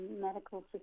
Medical